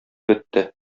бетте